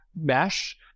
mesh